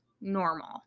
normal